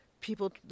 people